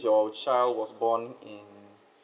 your child was born in